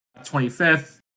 25th